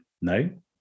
No